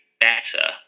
better